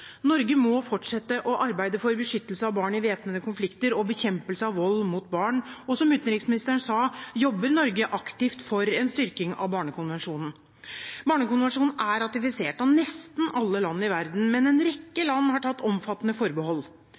Norge må fortsette å arbeide for beskyttelse av barn i væpnede konflikter og bekjempelse av vold mot barn, og som utenriksministeren sa, jobber Norge aktivt for en styrking av Barnekonvensjonen. Barnekonvensjonen er ratifisert av nesten alle land i verden, men en rekke land har tatt omfattende forbehold.